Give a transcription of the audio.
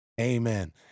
Amen